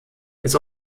ist